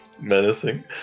Menacing